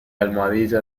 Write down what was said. almohadilla